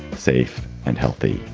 safe and healthy.